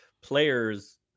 players